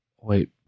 wait